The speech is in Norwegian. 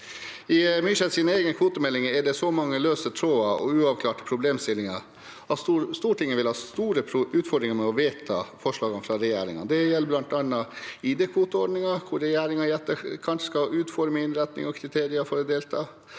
I Myrseths egen kvotemelding er det så mange løse tråder og uav klarte problemstillinger at Stortinget vil ha store utfordringer med å vedta forslagene fra regjeringen. Det gjelder bl.a. ID-kvoteordningen, hvor regjeringen i etterkant skal utforme innretning og kriterier for å delta